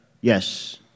Yes